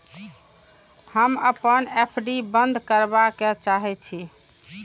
हम अपन एफ.डी बंद करबा के चाहे छी